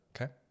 Okay